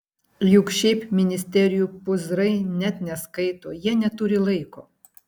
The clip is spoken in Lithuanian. juk šiaip ministerijų pūzrai net neskaito jie neturi laiko